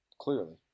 Clearly